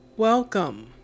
Welcome